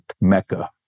mecca